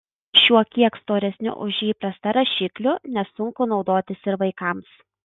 šiuo kiek storesniu už įprastą rašikliu nesunku naudotis ir vaikams